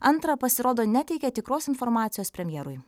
antra pasirodo neteikė tikros informacijos premjerui